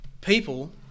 people